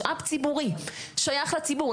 משאב ציבורי שייך לציבור.